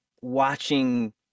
watching